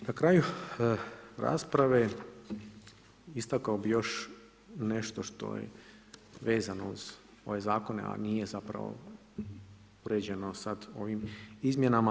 Na kraju rasprave istakao bih još nešto što je vezano uz ove zakone, a nije zapravo uređeno sada ovim izmjenama.